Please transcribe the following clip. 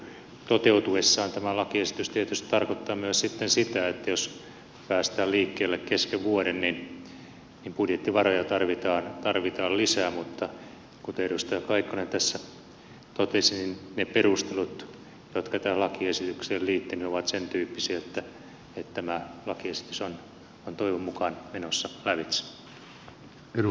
toteutuessaan tämä lakiesitys tietysti tarkoittaa myös sitten sitä että jos päästään liikkeelle kesken vuoden niin budjettivaroja tarvitaan lisää mutta kuten edustaja kaikkonen tässä totesi ne perustelut jotka tähän lakiesitykseen liittyvät ovat sen tyyppisiä että tämä lakiesitys on toivon mukaan menossa lävitse